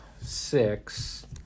six